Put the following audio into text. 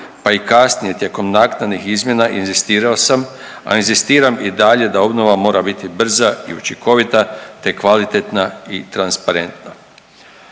pa i kasnije tijekom naknadih izmjena inzistirao sam, a inzistiram i dalje da obnova mora biti brza i učinkovita te kvalitetna i transparentna.